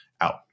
out